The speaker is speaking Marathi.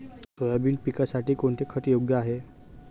सोयाबीन पिकासाठी कोणते खत योग्य आहे?